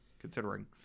considering